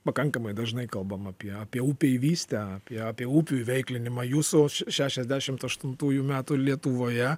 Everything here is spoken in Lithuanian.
pakankamai dažnai kalbame apie upeivystę apie apie upių įveiklinimą jūsų šešiasdešimt aštuntųjų metų lietuvoje